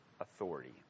authority